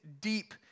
deep